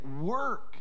work